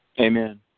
Amen